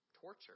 torture